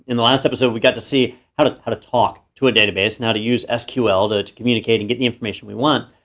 in the last episode, we got to see how to how to talk to a database and how to use sql to to communicate and get the information we want.